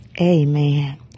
Amen